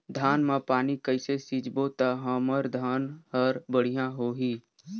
धान मा पानी कइसे सिंचबो ता हमर धन हर बढ़िया होही?